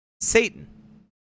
Satan